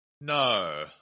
no